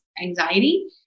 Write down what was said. anxiety